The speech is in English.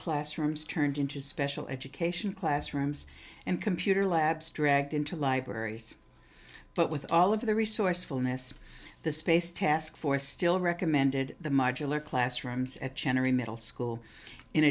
classrooms turned into special education classrooms and computer labs dragged into libraries but with all of the resourcefulness the space taskforce still recommended the modular classrooms at general middle school in